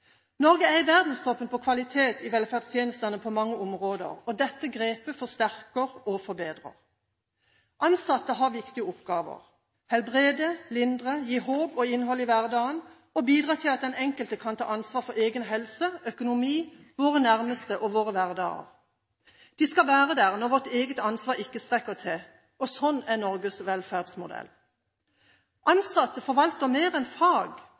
Norge er i verdenstoppen når det gjelder kvalitet i velferdstjenester på mange områder, og dette grepet forsterker og forbedrer. Ansatte har viktige oppgaver: helbrede, lindre, gi håp og innhold i hverdagen og bidra til at den enkelte kan ta ansvar for egen helse, økonomi, våre nærmeste og våre hverdager. De skal være der når vårt eget ansvar ikke strekker til – sånn er Norges velferdsmodell. Ansatte forvalter mer enn fag,